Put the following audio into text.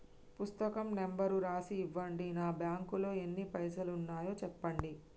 పుస్తకం నెంబరు రాసి ఇవ్వండి? నా బ్యాంకు లో ఎన్ని పైసలు ఉన్నాయో చెప్పండి?